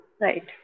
Right